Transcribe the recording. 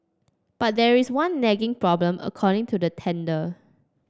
but there is one nagging problem according to the tender